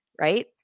right